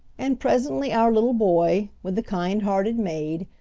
and presently our little boy, with the kind-hearted maid,